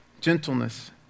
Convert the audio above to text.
gentleness